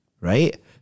Right